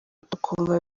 tukumva